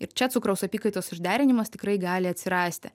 ir čia cukraus apykaitos išderinimas tikrai gali atsirasti